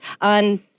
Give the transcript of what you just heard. on